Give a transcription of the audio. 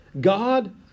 God